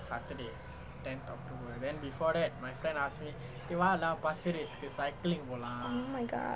oh my god